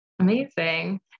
Amazing